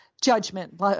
judgment